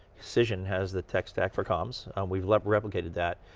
cision has the tech stack for comms, and we've like replicated that.